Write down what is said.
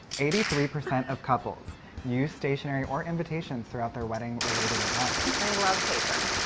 eighty three percent of couples use stationary or invitations throughout their wedding related events. they love paper.